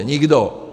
Nikdo.